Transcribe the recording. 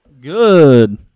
Good